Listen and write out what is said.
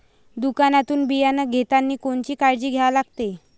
दुकानातून बियानं घेतानी कोनची काळजी घ्या लागते?